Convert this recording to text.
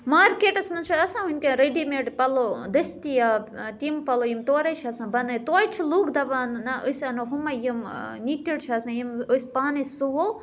مارکیٹَس مَنٛز چھِ آسان وٕنکیٚنَس ریڈی میڈ پَلو دٔستِیاب تِم پَلو یِم تورے چھِ آسان بَنٲیِتھ توتہِ چھِ لُکھ دَپان نہ أسۍ اَنو ہُمَے یِم نیٖٹِڈ چھِ آسان یِم أسۍ پانَے سُوَو